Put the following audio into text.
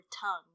tongue